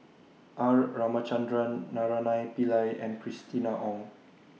R Ramachandran Naraina Pillai and Christina Ong